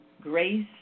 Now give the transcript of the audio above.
Grace